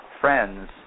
friends